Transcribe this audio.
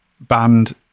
band